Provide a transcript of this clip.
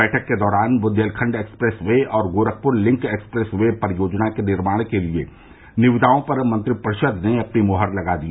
बैठक के दौरान बुन्देलखंड एक्सप्रेस वे और गोरखपुर लिंक एक्सप्रेस वे परियोजना के निर्माण के लिये निविदाओं पर मंत्रिपरिषद ने अपनी मोहर लगा दी